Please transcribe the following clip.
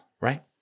right